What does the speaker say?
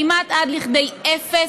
כמעט עד לכדי אפס,